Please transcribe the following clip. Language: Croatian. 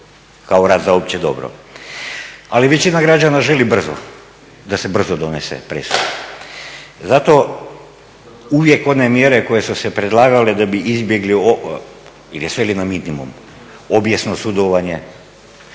kao rad za opće dobro. Ali većina građana želi brzo da se brzo donese presuda. Zato uvijek one mjere koje su se predlagale da bi sveli na minimum obijesno sudovanje,